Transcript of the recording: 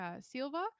silva